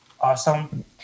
awesome